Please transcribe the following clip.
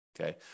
okay